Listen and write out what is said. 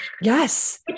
Yes